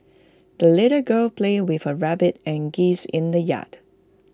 the little girl played with her rabbit and geese in the yard